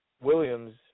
Williams